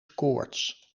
koorts